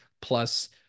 plus